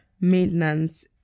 maintenance